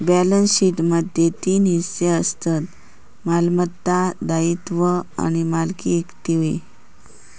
balance शीटमध्ये तीन हिस्से असतत मालमत्ता, दायित्वे आणि मालकी इक्विटी